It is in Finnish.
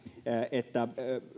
että